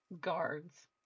guards